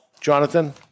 Jonathan